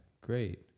Great